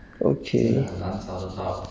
okay